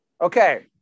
okay